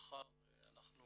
מחר אנחנו